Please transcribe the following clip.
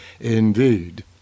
indeed